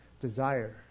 desire